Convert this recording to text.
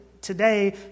today